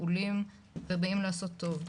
מעולים ובאים לעשות טוב,